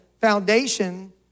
foundation